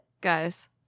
Guys